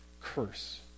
curse